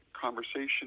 conversation